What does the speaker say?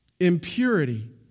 impurity